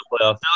playoffs